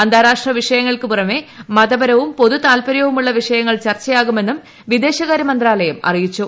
അന്താരാഷ്ട്ര വിഷയങ്ങൾക്ക് പുറമെ മതപരവും പൊതു താൽപരൃവുമുള്ള വിഷയങ്ങൾ ചർച്ചയാകുമെന്നും വിദേശ കാര്യമന്ത്രാലയം അറിയിച്ചു